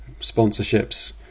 sponsorships